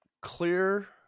clear